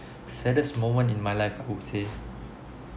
saddest moment in my life I would say